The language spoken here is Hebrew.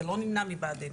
זה לא נמנע מבעדנו.